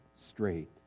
Straight